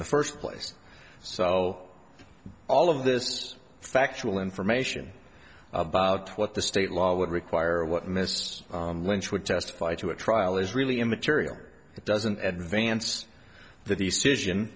the first place so all of this factual information about what the state law would require what mr lynch would testify to a trial is really immaterial it doesn't advance the decision